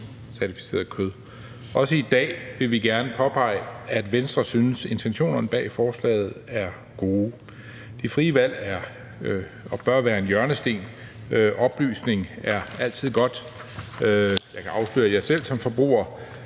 Også i dag vil vi gerne påpege, at Venstre synes, at intentionerne bag forslaget er gode. Det frie valg er og bør være en hjørnesten. Oplysning er altid godt, og jeg kan afsløre, at jeg selv som forbruger